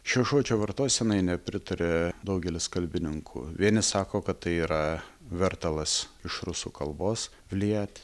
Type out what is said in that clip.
šio žodžio vartosenai nepritaria daugelis kalbininkų vieni sako kad tai yra vertalas iš rusų kalbos liet